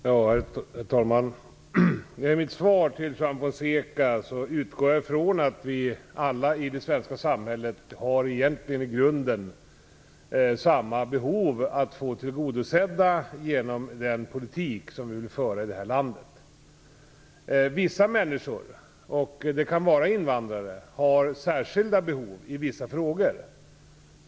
Herr talman! I mitt svar till Juan Fonseca utgår jag från att vi alla i det svenska samhället egentligen i grunden har samma behov som skall bli tillgodosedda genom den politik som vi vill föra i det här landet. Vissa människor, t.ex. invandrare, har särskilda behov i vissa frågor.